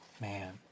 Man